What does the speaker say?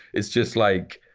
it's just like,